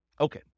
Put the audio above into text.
Okay